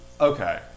Okay